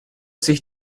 sich